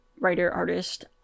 writer-artist